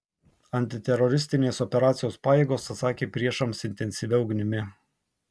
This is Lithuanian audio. antiteroristinės operacijos pajėgos atsakė priešams intensyvia ugnimi